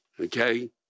Okay